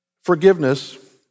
Forgiveness